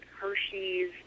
Hershey's